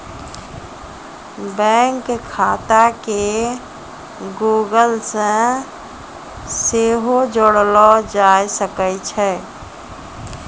bank खाता के Google से सेहो जोड़लो जाय सकै छै